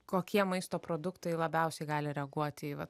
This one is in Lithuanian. kokie maisto produktai labiausiai gali reaguoti į va